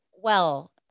well-